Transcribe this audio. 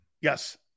Yes